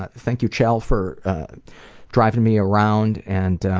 but thank you chel for driving me around. and